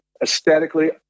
aesthetically